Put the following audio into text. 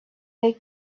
they